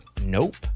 Nope